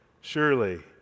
Surely